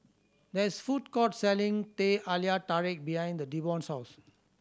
there is food court selling Teh Halia Tarik behind the Devon's house